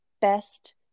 best